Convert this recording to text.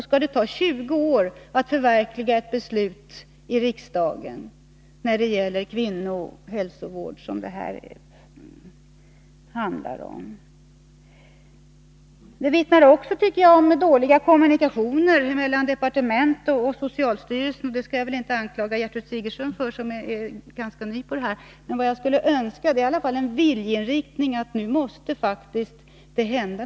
Skall det ta 20 år att förverkliga ett beslut av riksdagen när det gäller kvinnor och hälsovård? Denna frågas handläggning tycker jag också vittnar om dåliga kommunikationer mellan departementet och socialstyrelsen. Jag skall väl inte anklaga Gertrud Sigurdsen för detta, eftersom hon är ganska ny på detta område, men jag skulle ändå önska se en viljeinriktning att något skall hända på detta område.